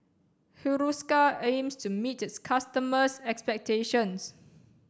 Hiruscar aims to meet its customers' expectations